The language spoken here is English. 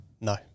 No